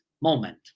moment